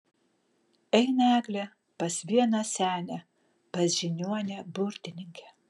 eina eglė pas vieną senę pas žiniuonę burtininkę